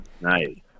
nice